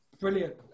Brilliant